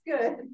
good